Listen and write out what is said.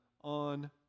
on